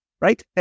right